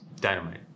Dynamite